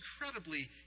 incredibly